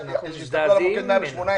אנחנו מזדעזעים ממנה.